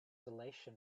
elation